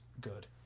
good